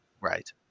right